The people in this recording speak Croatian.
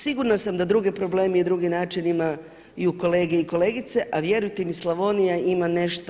Sigurna sam da druge probleme i drugi način imaju kolege i kolegice, a vjerujte mi Slavonija ima nešto.